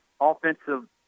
offensive